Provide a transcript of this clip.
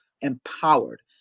empowered